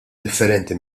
differenti